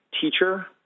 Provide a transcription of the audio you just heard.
teacher